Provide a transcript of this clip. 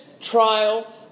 trial